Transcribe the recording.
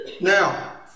Now